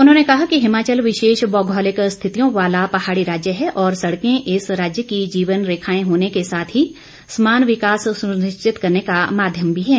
उन्होंने कहा कि हिमाचल विशेष मौगोलिक स्थितियों वाला पहाड़ी राज्य है और सड़कें इस राज्य की जीवन रेखाएं होने के साथ ही समान विकास सुनिश्चित करने का माध्यम भी है